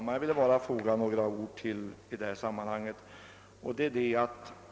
Herr talman! Jag vill bara tillfoga några ord.